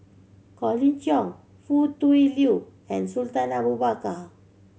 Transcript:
Colin Cheong Foo Tui Liew and Sultan Abu Bakar